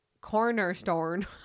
cornerstone